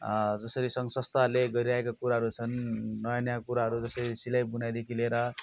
जसरी सङ्घ संस्थाहरूले गरिरहेका कुराहरू छन् नयाँ नयाँ कुराहरू जसरी सिलाइ बुनाइदेखि लिएर